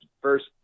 first